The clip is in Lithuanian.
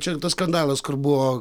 čia tas skandalas kur buvo